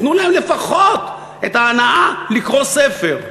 תנו להם לפחות את ההנאה לקרוא ספר.